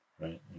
right